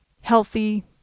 healthy